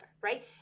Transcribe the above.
right